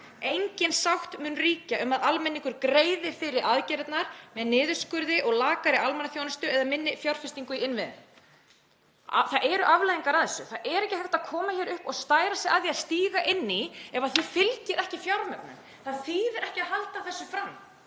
Engin sátt mun ríkja um að almenningur greiði fyrir aðgerðirnar með niðurskurði og lakari almannaþjónustu eða minni fjárfestingu í innviðum.““ Það eru afleiðingar af þessu. Það er ekki hægt að koma hér upp og stæra sig af því að stíga inn í ef fjármögnun fylgir ekki. Það þýðir ekki að halda þessu fram.